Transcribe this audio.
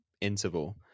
interval